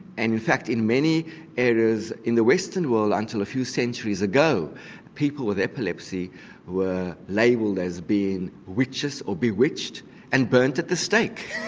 and in fact in many areas in the western world until a few centuries ago people with epilepsy were labelled as being witches, or bewitched and burned at the stake.